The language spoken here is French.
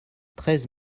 treize